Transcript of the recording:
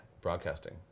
Broadcasting